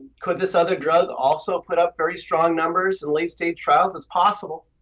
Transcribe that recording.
could this other drug also put up very strong numbers in late stage trials? it's possible.